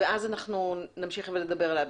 ואז נמשיך לדבר עליה.